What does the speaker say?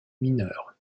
mineur